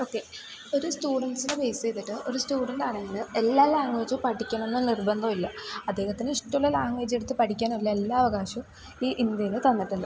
okay ഒരു സ്റ്റുഡൻസിനെ base ചെയ്തിട്ട് ഒരു സ്റ്റുഡൻ്റാണെങ്കിൽ എല്ലാ ലാംഗ്വേജും പഠിക്കണം എന്നു നിർബന്ധമില്ല അദ്ദേഹത്തിന് ഇഷ്ടമുള്ള ലാംഗ്വേജെടുത്ത് പഠിക്കാനുള്ള എല്ലാ അവകാശവും ഈ ഇന്ത്യയിൽ തന്നിട്ടുണ്ട്